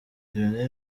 lionel